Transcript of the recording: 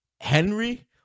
Henry